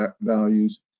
values